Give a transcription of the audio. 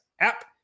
app